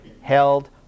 held